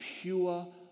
pure